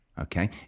Okay